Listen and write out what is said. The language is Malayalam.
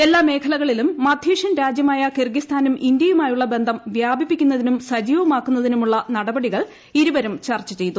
എല്ലാ മേഖലകളിലും മധ്യേഷ്യൻ രാജ്യമായ കിർഗിസ്ഥാനും ഇന്ത്യയുമായുള്ള ബന്ധം വ്യാപിപ്പിക്കുന്നതിനും സജീവമാക്കുന്നതിനുമുള്ള നടപടികൾ ഇരുവരും ചർച്ച ചെയ്തു